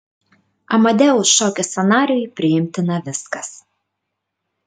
amadeus šokio scenarijui priimtina viskas